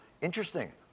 interesting